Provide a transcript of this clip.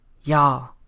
Y'all